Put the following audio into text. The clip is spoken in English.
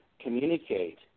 communicate